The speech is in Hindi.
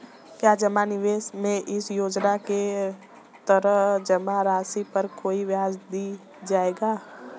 क्या जमा निवेश में इस योजना के तहत जमा राशि पर कोई ब्याज दिया जाएगा?